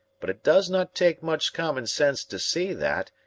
but it does not take much common sense to see that,